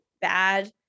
bad